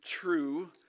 true